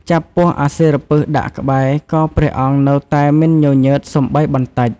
ចាប់ពស់អសិរពិសដាក់ក្បែរ ក៏ព្រះអង្គនៅតែមិនញញើតសូម្បីបន្តិច។